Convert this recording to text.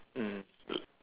mm